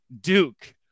Duke